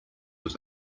was